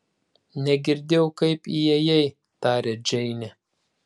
negirdėjau kaip įėjai tarė džeinė